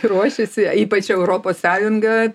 ruošiasi ypač europos sąjunga